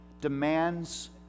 demands